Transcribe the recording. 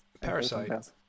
Parasite